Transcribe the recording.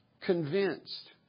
convinced